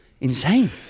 insane